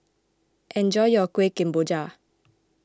enjoy your Kueh Kemboja